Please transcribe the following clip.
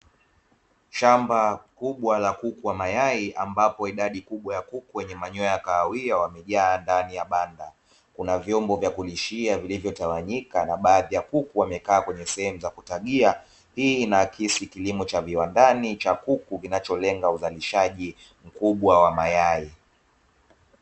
Shamba kubwa la kuku wa mayai ambapo idadi kubwa ya kuku wenye manyoya ya kahawia, wamejaa ndani ya banda kuna vyombo vya kulishia vilivyotawanyika na baadhi ya kuku wamekaa kwenye sehemu za kutagia, hii ina kesi kilimo cha viwandani cha kuku kinacholenga uzalishaji mkubwa wa mayai.